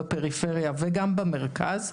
בפריפריה וגם במרכז.